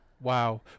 wow